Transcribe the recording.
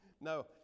No